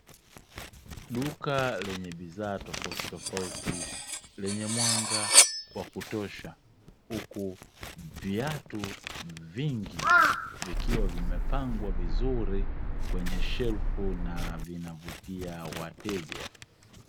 Duka lenye bidhaa tofautitofauti, lenye mwanga wa kutosha, huku viatu vingi vikiwa vimepangwa vizuri kwenye shelfu na vinavutia wateja.